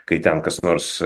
kai ten kas nors